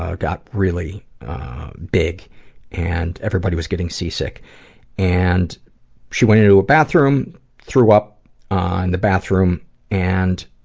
ah got really big and everybody was getting seasick and she went into a bathroom threw up on the bathroom and